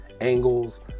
angles